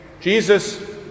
Jesus